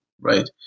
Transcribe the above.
Right